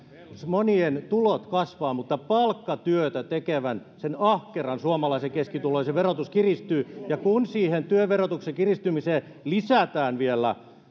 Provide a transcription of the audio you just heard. monien tulot kasvavat mutta palkkatyötä tekevän sen ahkeran suomalaisen keskituloisen verotus kiristyy ja kun siihen työn verotuksen kiristymiseen lisätään vielä